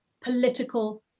political